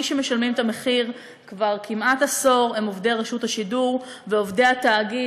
מי שמשלמים את המחיר כבר כמעט עשור הם עובדי רשות השידור ועובדי התאגיד,